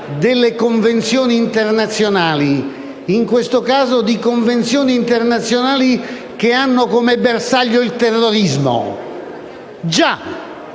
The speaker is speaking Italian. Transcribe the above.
delle convenzioni internazionali e, in questo caso, di convenzioni internazionali che hanno come bersaglio il terrorismo. Già,